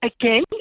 again